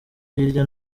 hirya